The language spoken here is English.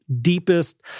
deepest